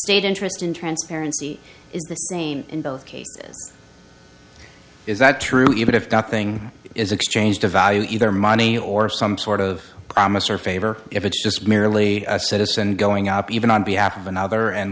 state interest in transparency is the same in both cases is that true even if nothing is exchanged devalue either money or some sort of promise or favor if it's just merely a citizen going up even on behalf of another and